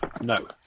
No